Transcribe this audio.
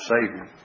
Savior